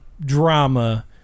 drama